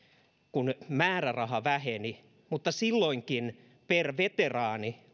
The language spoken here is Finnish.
kun määräraha väheni mutta silloinkin määräraha per veteraani